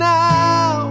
now